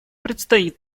предстоит